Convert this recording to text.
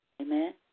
Amen